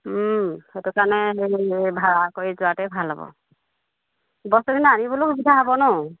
সেইটো কাৰণে সেই ভাড়া কৰি যোৱাটোৱেই ভাল হ'ব বস্তুখিনি আনিবলৈও সুবিধা হ'ব নহ্